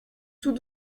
tout